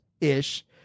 ish